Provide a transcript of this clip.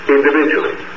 Individually